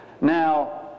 Now